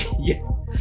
yes